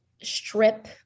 strip